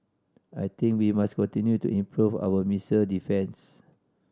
I think we must continue to improve our missile defence